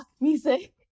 music